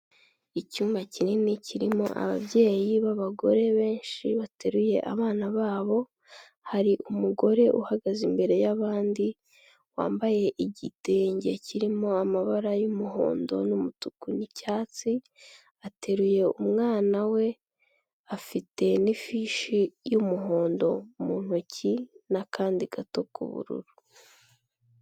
Icyumba kinini kirimo ababyeyi b'abagore benshi bateruye abana babo, hari umugore uhagaze imbere y'abandi, wambaye igitenge kirimo amabara y'umuhondo n'umutuku n'icyatsi, ateruye umwana we, afite n'ifishi y'umuhondo mu ntoki n'akandi gato k'ubururu.